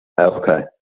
Okay